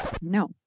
No